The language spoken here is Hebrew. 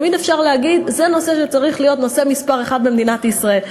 תמיד אפשר להגיד: זה נושא שצריך להיות נושא מספר אחת במדינת ישראל.